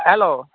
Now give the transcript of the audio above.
hello